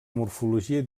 morfologia